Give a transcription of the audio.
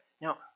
Now